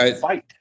fight